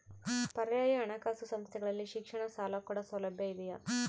ಪರ್ಯಾಯ ಹಣಕಾಸು ಸಂಸ್ಥೆಗಳಲ್ಲಿ ಶಿಕ್ಷಣ ಸಾಲ ಕೊಡೋ ಸೌಲಭ್ಯ ಇದಿಯಾ?